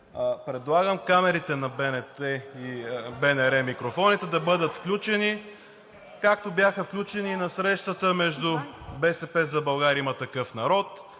предлагам камерите на БНТ и микрофоните на БНР да бъдат включени, както бяха включени на срещата между „БСП за България“ и „Има такъв народ“.